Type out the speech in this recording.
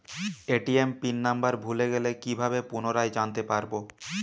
ATM pin number ভুলে গেলে কি ভাবে পুনরায় জানতে পারবো?